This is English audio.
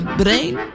brain